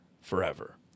forever